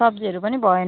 सब्जीहरू पनि भएन है